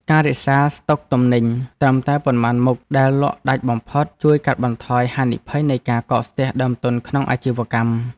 ការរក្សាស្តុកទំនិញត្រឹមតែប៉ុន្មានមុខដែលលក់ដាច់បំផុត ជួយកាត់បន្ថយហានិភ័យនៃការកកស្ទះដើមទុនក្នុងអាជីវកម្ម។